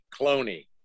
Cloney